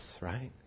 right